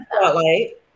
spotlight